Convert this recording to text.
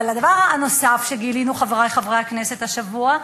אבל הדבר הנוסף שגילינו, חברי חברי הכנסת, השבוע,